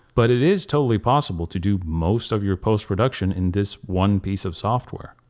but it is totally possible to do most of your post production in this one piece of software.